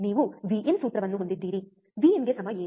ನೀವು V in ಸೂತ್ರವನ್ನು ಹೊಂದಿದ್ದೀರಿವಿ ಇನ್ ಗೆ ಸಮ ಏನು